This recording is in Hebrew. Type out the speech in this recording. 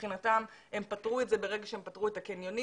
מבחינתם הם פתרו את זה ברגע שהם פטרו את הקניונים